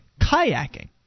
Kayaking